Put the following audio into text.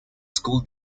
school